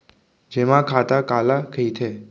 जेमा खाता काला कहिथे?